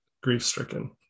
grief-stricken